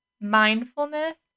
Mindfulness